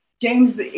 James